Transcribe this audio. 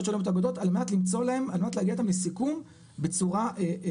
שלא מתואגדות על מנת להגיע איתם לסיכום בצורה טובה.